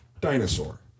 dinosaur